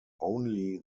only